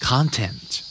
Content